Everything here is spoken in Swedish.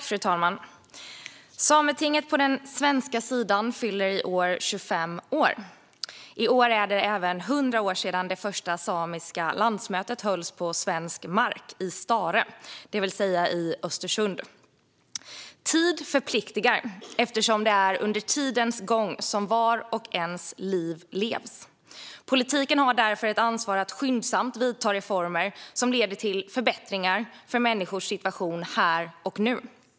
Fru talman! Sametinget på den svenska sidan fyller i år 25 år. I år är det även 100 år sedan det första samiska landsmötet hölls på svensk mark i Staare, det vill säga i Östersund. Tid förpliktar eftersom det är under tidens gång som vars och ens liv levs. Politiken har därför ett ansvar att skyndsamt vidta reformer som leder till förbättringar för människors situation här och nu.